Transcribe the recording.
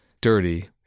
dirty